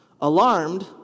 Alarmed